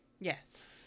Yes